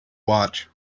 watch